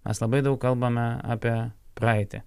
mes labai daug kalbame apie praeitį